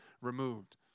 removed